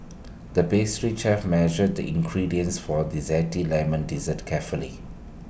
the pastry chef measured the ingredients for A Zesty Lemon Dessert carefully